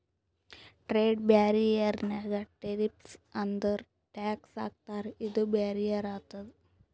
trade barrier ನಾಗ್ tariffs ಅಂದುರ್ tax ಹಾಕ್ತಾರ ಇದು ಬ್ಯಾರಿಯರ್ ಆತುದ್